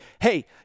hey